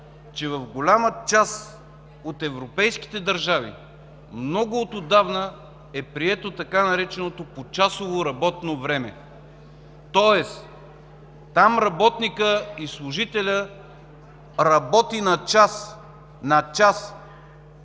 че в голяма част от европейските държави много отдавна е прието така нареченото почасово работно време. Там работникът и служителят работи на час. На час!